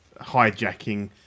hijacking